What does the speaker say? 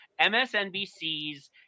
MSNBC's